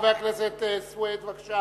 חבר הכנסת סוייד,